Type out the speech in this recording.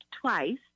twice